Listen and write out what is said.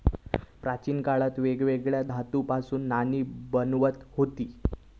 प्राचीन काळात वेगवेगळ्या धातूंपासना नाणी बनवत हुते